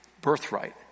birthright